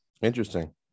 Interesting